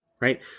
Right